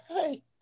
hey